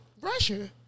Russia